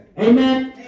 Amen